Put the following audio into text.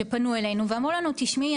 שפנו אלינו ואמרו לנו תשמעי,